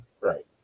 Right